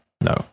No